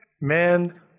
Man